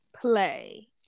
play